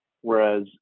whereas